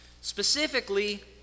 Specifically